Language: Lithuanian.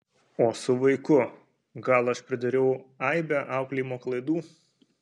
o su vaiku gal aš pridariau aibę auklėjimo klaidų